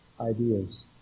ideas